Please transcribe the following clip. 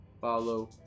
follow